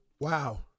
Wow